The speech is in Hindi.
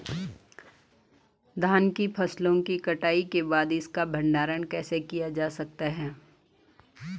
धान की फसल की कटाई के बाद इसका भंडारण कैसे किया जा सकता है?